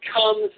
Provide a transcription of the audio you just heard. comes